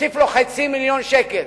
תוסיף לו חצי מיליון שקל,